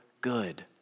good